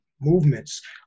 movements